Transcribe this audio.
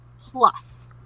plus